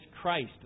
Christ